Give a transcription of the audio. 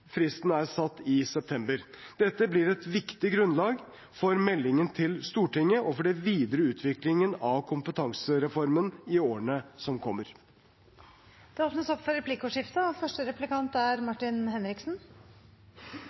Fristen er satt i september. Dette blir et viktig grunnlag for meldingen til Stortinget og for den videre utviklingen av kompetansereformen i årene som kommer. Det blir replikkordskifte. Jeg vil takke statsråden for innlegget. Jeg er